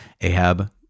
Ahab